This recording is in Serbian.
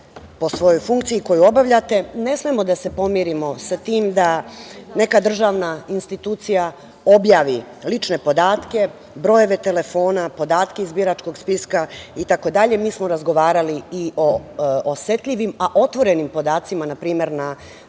po svojoj funkciji koju obavljate, ne smemo da se pomirimo sa tim da neka državne institucija objavi lične podatke, brojeve telefona, podatke iz biračkog spiska, itd. Mi smo razgovarali i o osetljivim, a otvorenim podacima, na primer na